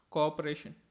Cooperation